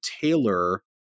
tailor